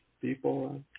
people